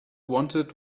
wanted